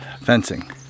fencing